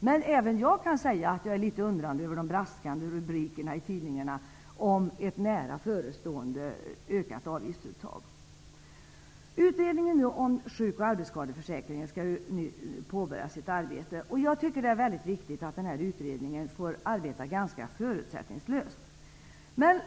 Men även jag har ställt mig litet undrande över de braskande rubrikerna i tidningarna om ett nära förestående ökat avgiftsuttag. Utredningen om sjuk och arbetsskadeförsäkringen skall nu påbörja sitt arbete. Jag tycker att det är viktigt att utredningen kan arbeta ganska förutsättningslöst.